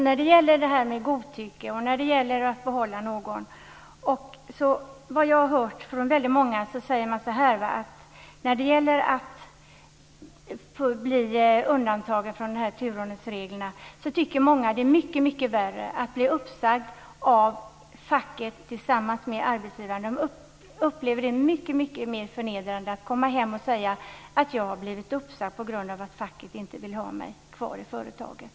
När det gäller frågan om godtycke, att behålla någon och göra undantag från turordningsreglerna har jag hört från väldigt många att de tycker att det är mycket värre att bli uppsagda av facket tillsammans med arbetsgivaren. De upplever det som mycker mer förnedrande att komma hem och säga: Jag har blivit uppsagt på grund av att facket inte vill ha mig kvar i företaget.